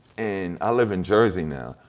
and i live in jersey now,